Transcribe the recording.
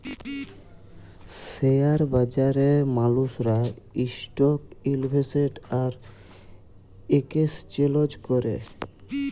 share বাজারে মালুসরা stock invest আর একেসচেলজ ক্যরে